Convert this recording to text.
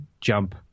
jump